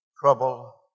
Trouble